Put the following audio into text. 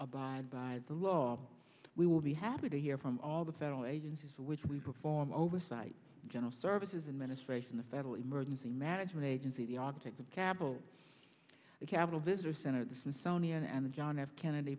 about by the law we will be happy to hear from all the federal agencies which we perform oversight general services administration the federal emergency management agency the architect of kabal the capitol visitor center the smithsonian and the john f kennedy